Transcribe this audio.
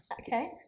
Okay